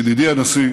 ידידי הנשיא,